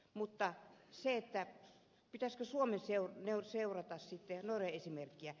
mutta pitäisikö suomen seurata norjan esimerkkiä